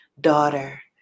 daughter